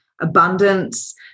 abundance